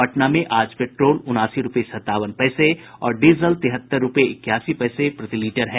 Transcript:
पटना में आज पेट्रोल उनासी रूपये सतावन पैसे और डीजल तिहत्तर रूपये इक्यासी पैसे प्रतिलीटर है